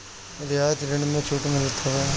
रियायती ऋण में छूट मिलत हवे